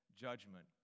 judgment